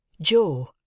Joe